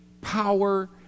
power